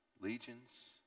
legions